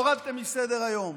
הורדתם מסדר-היום.